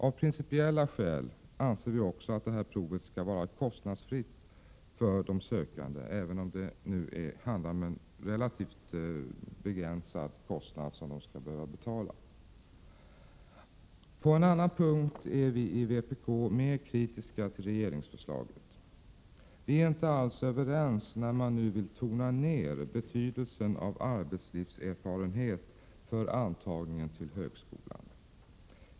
Av principiella skäl anser vi också att provet skall vara kostnadsfritt för de sökande även om det rör sig om en relativt begränsad avgift. På en annan punkt är vi i vpk mer kritiska till regeringsförslaget. Vi är inte alls överens med regeringen när den nu vill tona ned betydelsen av arbetslivserfarenhet vid antagningen till högskolan.